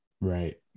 right